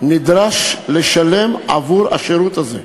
נדרש לשלם עבור השירות הזה.